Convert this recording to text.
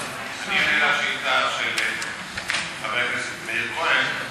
אני אענה על שאילתה של חבר הכנסת מאיר כהן.